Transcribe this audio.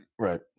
right